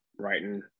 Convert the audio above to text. Writing